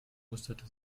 musterte